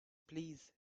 please